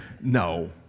No